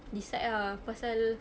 decide ah pasal